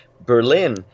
Berlin